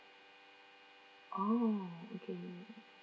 uh okay